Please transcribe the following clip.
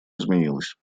изменилось